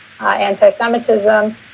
anti-Semitism